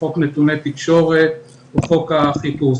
חוק נתוני תקשורת או חוק החיפוש.